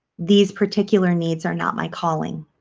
these particular needs are not my calling